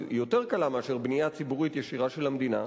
יותר קלה מאשר בנייה ציבורית ישירה של המדינה,